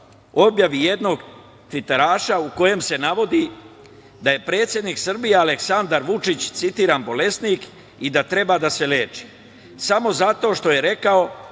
objavu jednog tviteraša u kome se navodi da je predsednik Srbije Aleksandar Vučić, citiram – bolesnik i da treba da se leči samo zato što je rekao